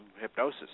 hypnosis